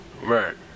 Right